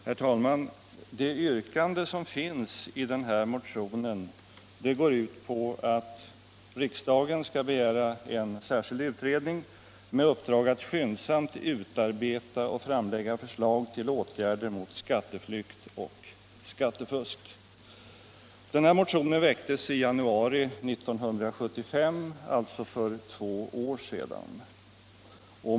Herr talman! I vår motion 1975:235 yrkas att riksdagen hos regeringen begär tillsättandet av en utredning med uppdrag att skyndsamt utarbeta och framlägga förslag till åtgärder mot skatteflykt och skattefusk. Motionen väcktes i januari 1975, alltså för snart två år sedan.